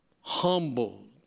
humbled